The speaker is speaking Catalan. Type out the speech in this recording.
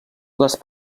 les